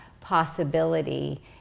possibility